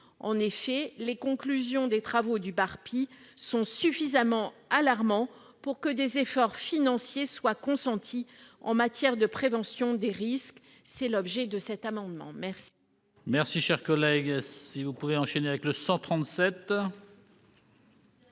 En effet, les conclusions des travaux du Barpi sont suffisamment alarmantes pour que des efforts financiers soient consentis en matière de prévention des risques. L'amendement n°